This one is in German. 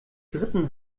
dritten